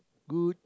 good